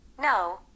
No